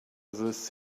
this